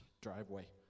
driveway